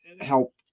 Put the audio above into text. help